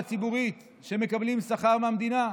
הסניגוריה הציבורית, שמקבלים שכר מהמדינה.